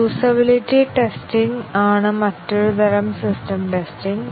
usability testing ആണ് മറ്റൊരു തരം സിസ്റ്റം ടെസ്റ്റിംഗ്